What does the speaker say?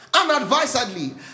unadvisedly